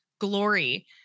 glory